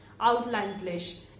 outlandish